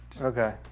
Okay